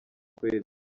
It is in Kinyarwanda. kweli